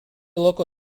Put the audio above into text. local